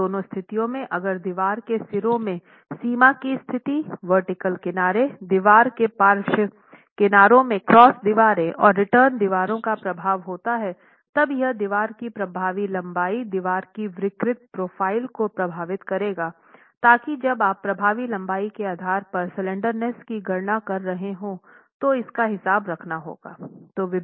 इन दोनों स्थितियों में अगर दीवार के सिरों में सीमा की स्थिति वर्टिकल किनारे दीवार के पार्श्व किनारों में क्रॉस दीवारों और रिटर्न दीवारों का प्रभाव होता है तब यह दीवार की प्रभावी लंबाई दीवार की विकृत प्रोफ़ाइल को प्रभावित करेगाताकि जब आप प्रभावी लंबाई के आधार पर स्लैंडरनेस की गणना कर रहे हों तो इसका हिसाब रखना होगा